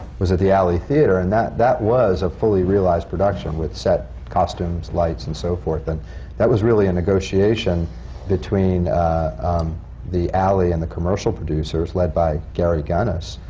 was at the alley theatre. and that that was a fully realized production, with sets, costumes, lights, and so forth. and that was really a negotiation between the alley and the commercial producers, led by gary gunas,